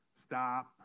stop